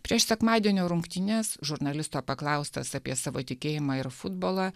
prieš sekmadienio rungtynes žurnalisto paklaustas apie savo tikėjimą ir futbolą